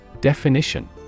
Definition